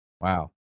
Wow